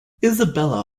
isabella